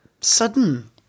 sudden